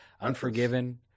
Unforgiven